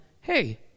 hey